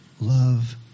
Love